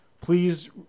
please